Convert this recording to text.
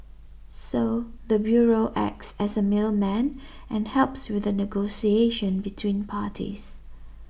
so the bureau acts as a middleman and helps with the negotiation between parties